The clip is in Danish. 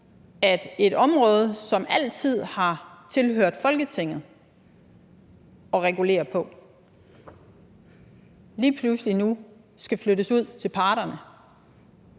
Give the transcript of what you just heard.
at et område, som altid har tilhørt Folketinget at regulere på, lige pludselig nu skal flyttes ud til parterne?